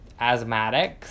asthmatics